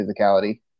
physicality